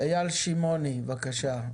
אייל שמואלי, בבקשה.